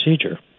procedure